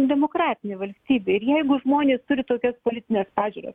demokratinė valstybė ir jeigu žmonės turi tokias politines pažiūras